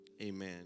Amen